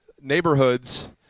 neighborhoods